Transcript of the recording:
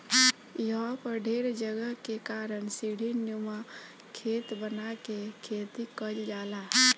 इहवा पर ढेर जगह के कारण सीढ़ीनुमा खेत बना के खेती कईल जाला